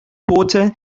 boote